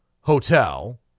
hotel